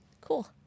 cool